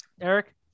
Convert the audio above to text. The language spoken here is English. Eric